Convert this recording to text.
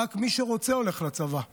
שרק מי שרוצה הולך לצבא.